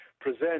present